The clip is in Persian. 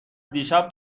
دیشب